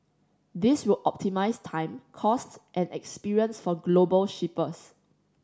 this will optimise time cost and experience for global shippers